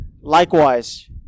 Likewise